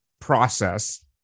process